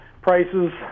prices